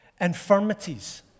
Infirmities